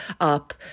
up